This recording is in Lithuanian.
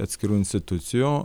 atskirų institucijų